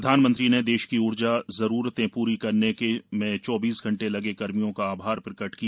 प्रधानमंत्री ने देश की ऊर्जा जरूरतें पूरी करने में चौबीसों घंटे लगे कर्मियों का आभार प्रकट किया